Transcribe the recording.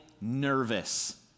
nervous